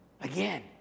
Again